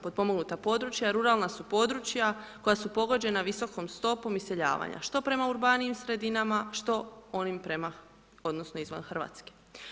Potpomognuta područja ruralna su područja koja su pogođena visokom stopom iseljavanja što prema urbanijim sredinama, što onim prema odnosno izvan Hrvatske.